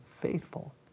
faithful